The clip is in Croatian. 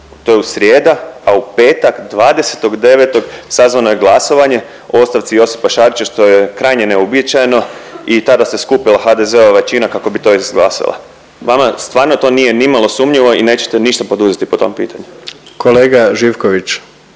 to je srijeda, a u petak 20.9. sazvano je glasovanje o ostavci Josipa Šarića, što je krajnje neuobičajeno i tada se skupila HDZ-ova većina kako bi to izglasala. Vama stvarno to nije nimalo sumnjivo i nećete ništa poduzeti po tom pitanju? **Jandroković,